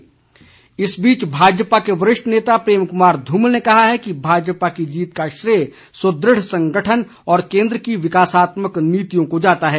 धुमल इस बीच भाजपा के वरिष्ठ नेता प्रेम कमार ध्मल ने कहा कि भाजपा की जीत का श्रेय सुदृढ संगठन और केंद्र की विकासात्मक नीतियों को जाता है